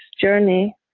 journey